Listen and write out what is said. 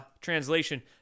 Translation